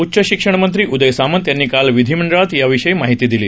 उच्च शिक्षणमंत्री उदय सामंत यांनी काल विधीमंडळात याविषयी माहिती दिली